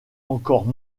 encore